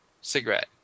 cigarette